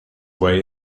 way